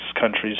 countries